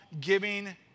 giving